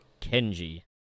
Kenji